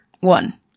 one